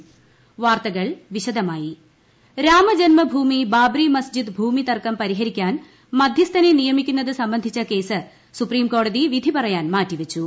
അയോധൃ സുപ്രീംകോടതി രാമ ജന്മഭൂമി ബാബ്റി മസ്ജിദ് ഭൂമി തർക്കം പരിഹരിക്കാൻ മധ്യസ്ഥനെ നിയമിക്കുന്നത് സംബന്ധിച്ച കേസ് സുപ്രീംകോടതി വിധി പറയാൻ മാറ്റിവെച്ചു